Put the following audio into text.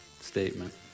statement